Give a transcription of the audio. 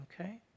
okay